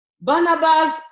Barnabas